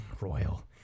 Royal